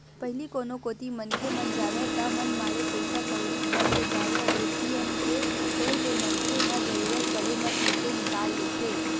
पहिली कोनो कोती मनखे मन जावय ता मनमाड़े पइसा कउड़ी धर के जावय ए.टी.एम के होय ले मनखे ह जरुरत पड़े म तुरते निकाल लेथे